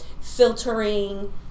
filtering